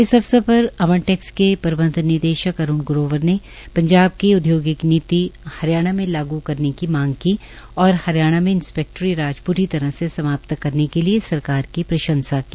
इस अवसर पर अमर टैक्स के प्रबंधकनिदेशक अरूण ग्रोवर ने पंजाब की औद्योगिक नीति हरियाण में लागू करने की मांग की और हरियाणा में इंस्पैक्टरी राज पूरी तरह से समाप्त करने के लिए सरकार की प्रंशसा की